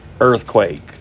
earthquake